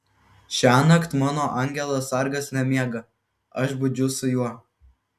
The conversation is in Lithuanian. šiąnakt mano angelas sargas nemiega aš budžiu su juo